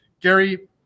Gary